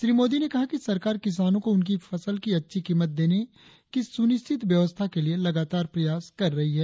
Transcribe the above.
श्री मोदी ने कहा कि सरकार किसानों को उनकी फसल की अच्छी कीमत देने की सुनिश्चित व्यवस्था के लिए लगातार प्रयास कर रही है